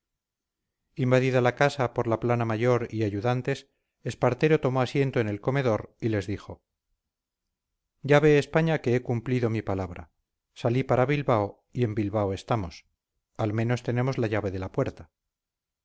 invadida la casa por la plana mayor y ayudantes espartero tomó asiento en el comedor y les dijo ya ve españa que he cumplido mi palabra salí para bilbao y en bilbao estamos al menos tenemos la llave de la puerta